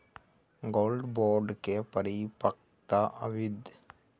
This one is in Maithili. गोल्ड बोंड के परिपक्वता अवधि?